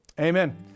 Amen